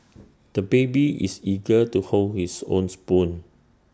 the baby is eager to hold his own spoon